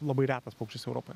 labai retas paukštis europoje